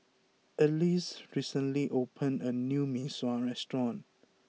Alease recently opened a new Mee Sua restaurant